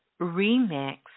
remix